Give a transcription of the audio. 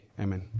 Amen